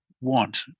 want